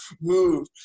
move